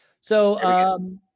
So-